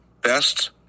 best